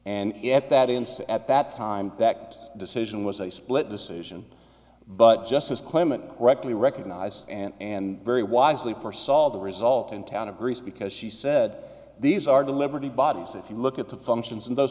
and yet that inside at that time that decision was a split decision but justice clement correctly recognized and and very wisely for sol the result in town of greece because she said these are the liberty bodies if you look at the functions and